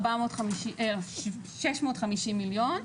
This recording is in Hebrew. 650 מיליון,